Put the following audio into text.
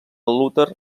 luter